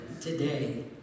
today